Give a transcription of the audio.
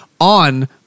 on